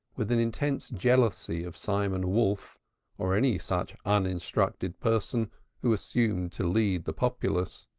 with an intense jealousy of simon wolf or any such uninstructed person who assumed to lead the populace,